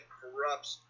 corrupts